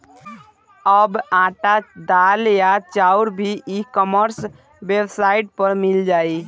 अब आटा, दाल या चाउर भी ई कॉमर्स वेबसाइट पर मिल जाइ